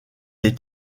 est